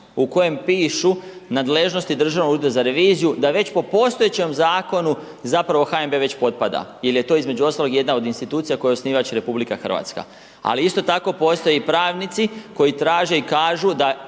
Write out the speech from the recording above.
u kojem pišu nadležnosti Državnog ureda za reviziju da već po postojećem zakonu zapravo HNB već potpada jer je to između ostalog jedna od institucija kojoj je osnivač RH. Ali isto tako postoje pravnici koji traže i kažu da